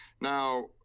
Now